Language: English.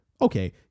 okay